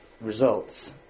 results